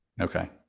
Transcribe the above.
okay